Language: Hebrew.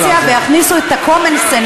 הקואליציה ויכניסו את הcommon sense-,